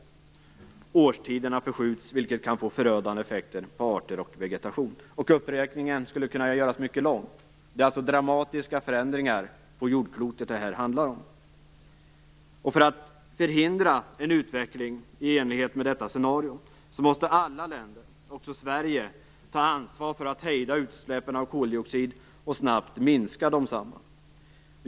Årstiderna förskjuts, vilket kan få förödande effekter på arter och vegetation. Uppräkningen skulle kunna göras mycket lång. Det är alltså dramatiska förändringar på jordklotet det handlar om. För att förhindra en utveckling i enlighet med detta scenario måste alla länder, också Sverige, ta ansvar för att hejda utsläppen av koldioxid och snabbt minska desamma.